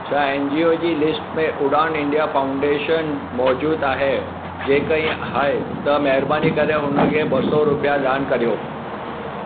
छा N G O जी लिस्ट में उड़ान इंडिया फाउंडेशन मौजूदु आहे जेकॾहिं हा आहे त महिरबानी करे हुनखे ॿ सौ रुपिया दान करियो